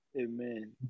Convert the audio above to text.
Amen